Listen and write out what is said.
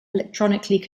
electronically